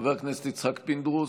חבר הכנסת יצחק פינדרוס,